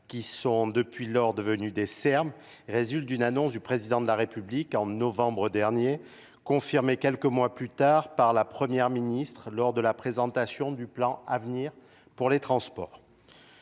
qui sont depuis lors devenus des Serbes résultent d'une annonce du président de la République en novembre dernier, confirmée quelques mois plus tard par la 1ʳᵉ ministre lors de la présentation du plan avenir pour les transports